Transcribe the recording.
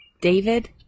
David